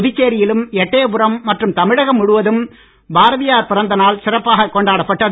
புதுச்சேரியிலும் எட்டயபுரம் மற்றும் தமிழகம் முழுவதும் பாரதியார் பிறந்த நாள் சிறப்பாக கொண்டாடப்பட்டது